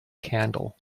candle